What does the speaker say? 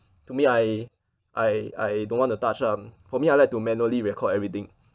to me I I I don't want to touch uh for me I like to manually record everything